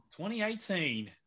2018